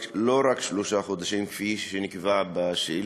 לא רק שלושה חודשים כפי שנקבע בשאילתה,